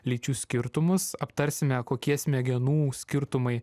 lyčių skirtumus aptarsime kokie smegenų skirtumai